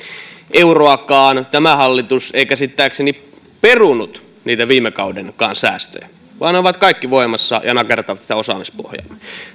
euroakaan tämä hallitus ei käsittääkseni perunut niitä viime kaudenkaan säästöjä vaan ne ovat kaikki voimassa ja nakertavat sitä osaamispohjaa